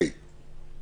אנחנו